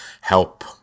help